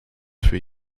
für